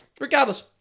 regardless